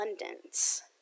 abundance